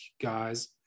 guys